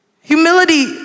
Humility